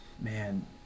Man